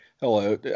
hello